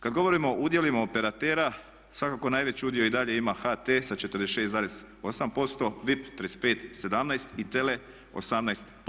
Kad govorimo o udjelima operatera svakako najveći udio i dalje ima HT sa 46,8%, VIP 35,17 i TELE 18%